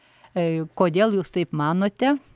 kodėl jūs taip manote